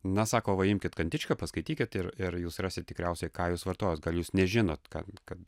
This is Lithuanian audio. na sako va imkit kantičką paskaitykit ir ir jūs rasit tikriausiai ką jūs vartojot gal jūs nežinot kad kad